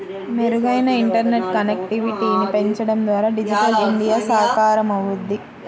మెరుగైన ఇంటర్నెట్ కనెక్టివిటీని పెంచడం ద్వారా డిజిటల్ ఇండియా సాకారమవుద్ది